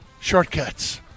shortcuts